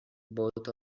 both